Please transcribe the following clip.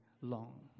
long